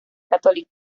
católica